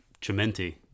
Chimenti